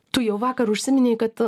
tu jau vakar užsiminei kad